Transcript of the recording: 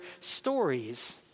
stories